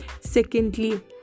secondly